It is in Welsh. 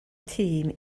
tîm